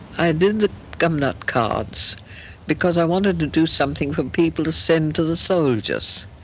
i did the gumnut cards because i wanted to do something for people to send to the soldiers.